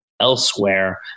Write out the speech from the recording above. elsewhere